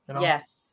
yes